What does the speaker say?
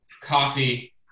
coffee